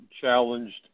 challenged